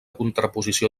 contraposició